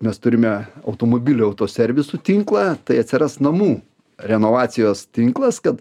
mes turime automobilių autoservisų tinklą tai atsiras namų renovacijos tinklas kad